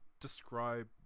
describe